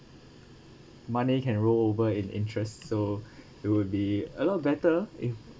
money can roll over in interest so it will be a lot better if